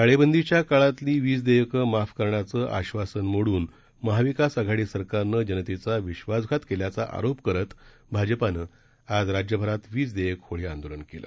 टाळेबंदीच्या काळातली वीज देयकं माफ करण्याचं आश्वासन मोडून महाविकास आघाडी सरकारनं जनतेचा विश्वासघात केल्याचा आरोप करत भाजपानं आज राज्यभरात वीज देयक होळी आंदोलन केलं